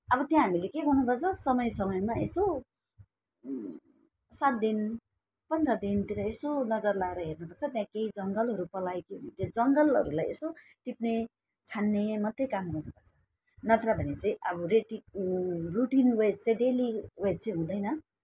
अब त्यहाँ हामीले के गर्नुपर्छ समय समयमा यसो सात दिन पन्ध्र दिनतिर यसो नजर लगाएर हेर्नुपर्छ त्यहाँ केही जङ्गलहरू पलायो कि त्यो जङ्गलहरूलाई यसो टिप्ने छान्ने मात्रै काम गर्नुपर्छ नत्र भने चाहिँ अब रेडी रुटिनवाइज चाहिँ डेलिवेज चाहिँ हुँदैन